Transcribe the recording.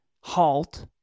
halt